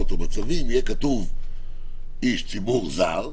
או בצווים יהיה כתוב "איש ציבור זר",